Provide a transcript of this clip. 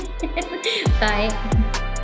Bye